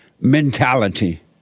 mentality